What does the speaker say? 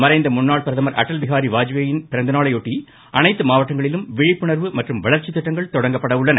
மறைந்த முன்னாள் பிரதமர் அடல் பிஹாரி வாஜ்பேயின் பிறந்த நாளையொட்டி அனைத்து மாவட்டங்களிலும் விழிப்புணர்வு மற்றும் வளர்ச்சி திட்டங்கள் தொடங்கப்பட உள்ளன